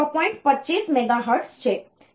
25 megahertz છે